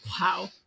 Wow